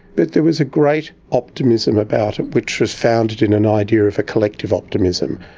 but there was a great optimism about it which was founded in an idea of a collective optimism.